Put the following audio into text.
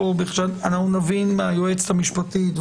אנחנו נבין מהיועצת המשפטית.